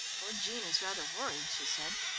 poor jean is rather worried, she said.